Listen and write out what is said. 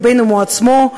הוא עצמו,